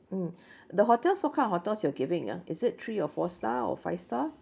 mm the hotels what kind of hotels you are giving ah is it three or four star or five star